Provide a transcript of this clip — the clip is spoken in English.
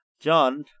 John